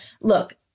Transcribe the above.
Look